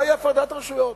מהי הפרדת רשויות.